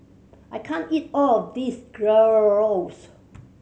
I can't eat all of this Gyros